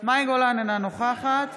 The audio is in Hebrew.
מאי גולן, אינה נוכחת